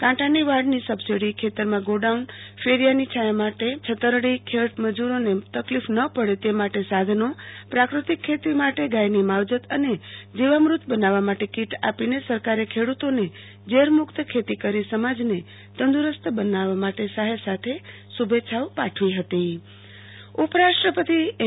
કાંટાની વાડની સબસીડી ખેતરમાં ગોડાઉન ફેરીયાની છોંયા મીટે છતરડી ખેત મજુરોને તકલીફ ન પડે તે માટે સાધનો પ્રાકૃતિક ખેતી માટે ગાયની માવેજત અને જીવામૃત બનાવવા માટે કિટ આપીને સરકારે ખેડૂતોને ઝેરમુકત ખેતી કેરી સમાજને તદુરસ્ત બનાવવા માટે સહાય સાથે શુ ભેચ્છાઓ પાઠવી હતી દ આરતી ભદ્દ ઉપરાષ્ટ્રપતિ વિજ્ઞાન મહોત્સવ ઉપરાષ્ટ્રપતિ એમ